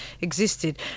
existed